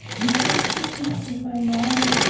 and correct me if i'm wrong,